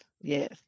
yes